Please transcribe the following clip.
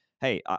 Hey